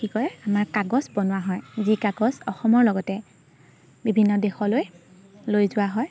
কি কৰে আমাৰ কাগজ বনোৱা হয় যি কাগজ অসমৰ লগতে বিভিন্ন দেশলৈ লৈ যোৱা হয়